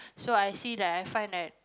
so I see like I find like